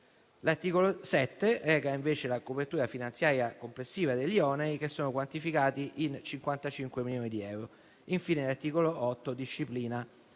L'articolo 7 reca invece la copertura finanziaria complessiva degli oneri quantificati in 55 milioni di euro. Infine l'articolo 8 disciplina